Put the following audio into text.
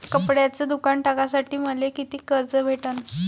कपड्याचं दुकान टाकासाठी मले कितीक कर्ज भेटन?